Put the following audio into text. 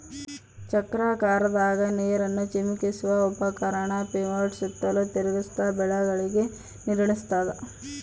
ಚಕ್ರಾಕಾರದಾಗ ನೀರನ್ನು ಚಿಮುಕಿಸುವ ಉಪಕರಣ ಪಿವೋಟ್ಸು ಸುತ್ತಲೂ ತಿರುಗ್ತ ಬೆಳೆಗಳಿಗೆ ನೀರುಣಸ್ತಾದ